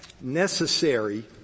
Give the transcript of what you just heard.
necessary